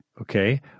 Okay